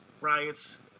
riots